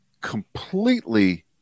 completely